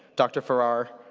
dr. farrar,